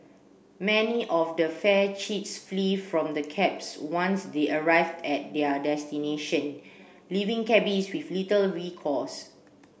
many of the fare cheats flee from the cabs once they arrive at their destination leaving cabbies with little recourse